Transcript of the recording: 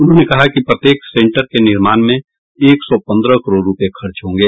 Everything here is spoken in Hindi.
उन्होंने कहा कि प्रत्येक सेंटर के निर्माण में एक सौ पंद्रह करोड़ रूपये खर्च होंगे